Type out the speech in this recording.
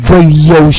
Radio